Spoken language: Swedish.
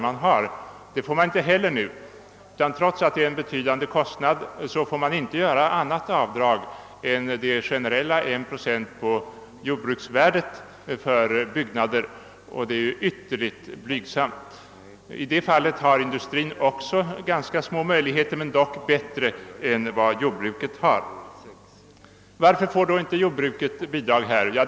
Sådan rätt föreligger inte nu; trots att det här är fråga om betydande kostnader får man inte göra annat avdrag än det generella avdraget på 1 procent på jordbruksvärdet av byggnader. Detta är ju ytterligt blygsamt. I detta avseende har även industrin ganska små men dock bättre möjligheter än jordbruket. Varför får då jordbruket inte del av detta bidrag?